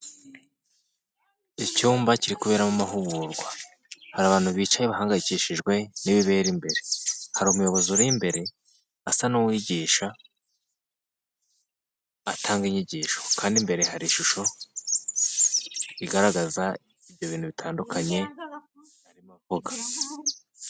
Icyumba kiri kuberamo amahugurwa, hari abantu bicaye bahangayikishijwe n'ibibera imbere, hari umuyobozi uri imbere asa n'uwigisha atanga inyigisho kandi imbere hari ishusho igaragaza ibyo bintu bitandukanye arimo avuga.